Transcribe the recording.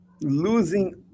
losing